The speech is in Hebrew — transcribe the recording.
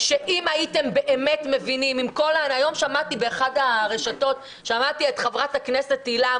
היום שמעתי באחת הרשתות את חברת הכנסת תהלה.